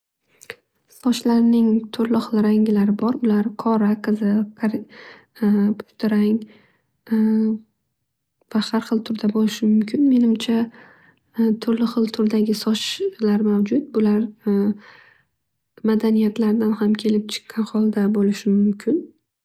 Sochlarning turli xil ranglilari bor. Ular qora, qizil, qari, pushti rang, va har xil turda bo'lishi mumkin. Menimcha turli xil turdagi sochlar mavjud. Bular madaniyatlardan ham kelib chiqqan xolda bo'lishi mumkin.